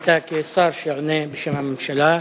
אתה כשר שעונה בשם הממשלה,